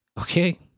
Okay